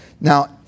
Now